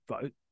vote